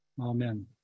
Amen